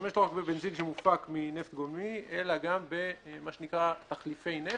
להשתמש לא רק בבנזין שמופק מנפט גולמי אלא גם במה שנקרא תחליפי נפט.